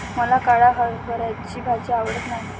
मला काळ्या हरभऱ्याची भाजी आवडत नाही